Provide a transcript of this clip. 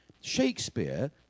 Shakespeare